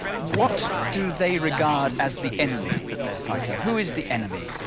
what do they regard as the enemy that they're fighting who is the enemy